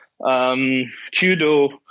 Kudo